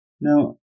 Now